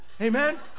Amen